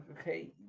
okay